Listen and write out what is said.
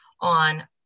on